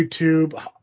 YouTube